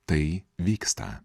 tai vyksta